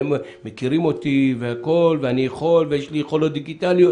והם מכירים אותי ואני יכול ויש לי יכולות דיגיטליות,